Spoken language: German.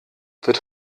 wird